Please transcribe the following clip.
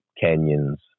canyons